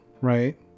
right